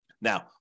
Now